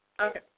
Okay